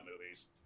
movies